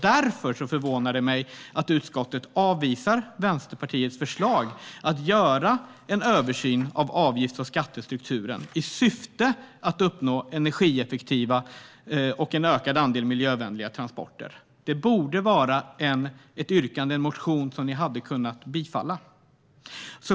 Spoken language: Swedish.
Därför förvånar det mig att utskottet avvisar Vänsterpartiets förslag om att göra en översyn av avgifts och skattestrukturen i syfte att uppnå energieffektiva transporter och en ökad andel miljövänliga transporter. Det borde vara ett yrkande och en motion som ni skulle kunna bifalla.